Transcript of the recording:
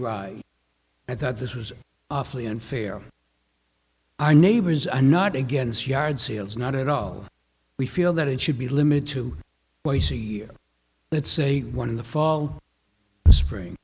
ride i thought this was awfully unfair our neighbors are not against yard sales not at all we feel that it should be limited to boise year let's say one in the fall and spring